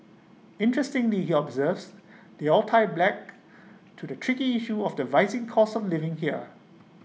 interestingly he observes they all tie black to the tricky issue of the rising cost of living here